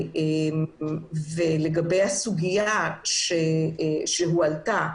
לגבי הסוגיה שהועלתה: